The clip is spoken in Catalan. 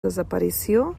desaparició